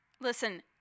Listen